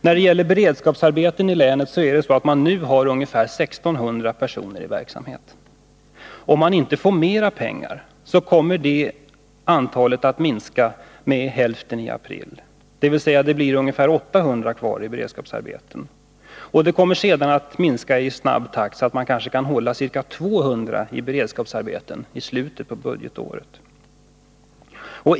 När det gäller beredskapsarbeten i länet är det så att man nu har ungefär 1600 personer i verksamhet. Om man inte får mera pengar, så kommer det antalet att minska med hälften i april, dvs. det blir ungefär 800 kvar i beredskapsarbeten. Det kommer sedan att minska i snabb takt, så att man i slutet av budgetåret kan hålla ca 200 i beredskapsarbete.